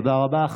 תודה רבה.